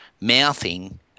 mouthing